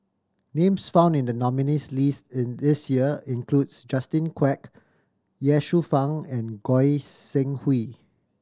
names found in the nominees' list this year includes Justin Quek Ye Shufang and Goi Seng Hui